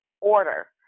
order